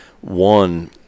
One